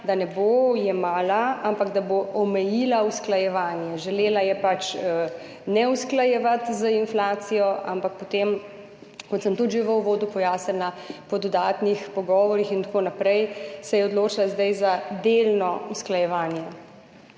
da ne bo jemala, ampak da bo omejila usklajevanje. Želela je pač ne usklajevati z inflacijo, ampak potem, kot sem tudi že v uvodu pojasnila, po dodatnih pogovorih in tako naprej, se je odločila zdaj za delno usklajevanje.